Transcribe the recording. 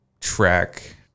track